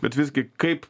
bet visgi kaip